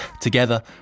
Together